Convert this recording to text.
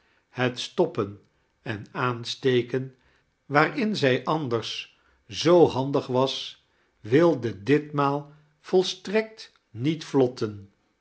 het stoppen en aansteken waarin zij anders zoo handig was wilde ditmaal volstrekt niet vlotten